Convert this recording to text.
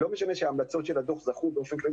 לא משנה שההמלצות של הדוח זכו באופן כללי